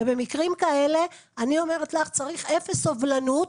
במקרים כאלה, אני אומרת לך צריך אפס סובלנות.